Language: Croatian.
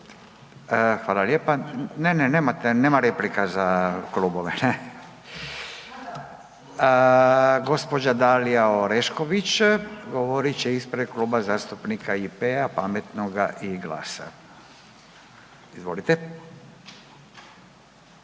točnosti. Nema replika za klubove. Gospođa Dalija Orešković govorit će ispred Kluba zastupnika IP-a, Pametnoga i GLAS-a. Izvolite.